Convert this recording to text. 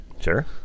Sure